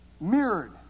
Mirrored